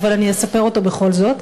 אבל אני אספר אותו בכל זאת: